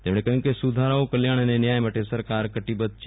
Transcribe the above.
તેમણે કહ્યુ કે સુધારાઓ કલ્યાણ અને ન્યાય માટે સરકાર કટિબધ્ધ છે